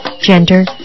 gender